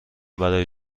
برای